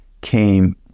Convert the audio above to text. came